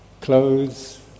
Clothes